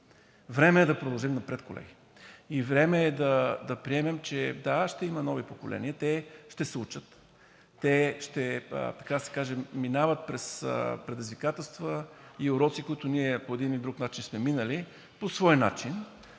Време е да продължим напред, колеги! И време е да приемем, че, да, ще има нови поколения – те ще се учат, те, така да се каже, ще минават през предизвикателства и уроци, които ние по един или друг начин сме минали по свой начин,